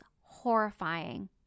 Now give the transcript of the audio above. horrifying